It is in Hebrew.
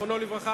זיכרונו לברכה,